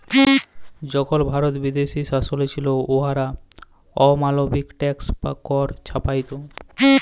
যখল ভারত বিদেশী শাসলে ছিল, উয়ারা অমালবিক ট্যাক্স বা কর চাপাইত